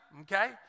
Okay